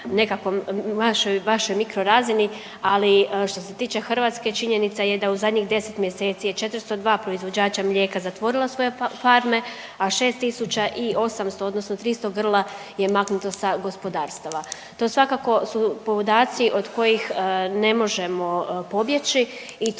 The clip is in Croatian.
nekakvom, vašoj mikro razini. Ali što se tiče Hrvatske činjenica je da u zadnjih 10 mjeseci je 402 proizvođača mlijeka zatvorilo svoje farme, a 6800 odnosno 300 grla je maknuto sa gospodarstava. To svakako su podaci od kojih ne možemo pobjeći i to